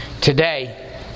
today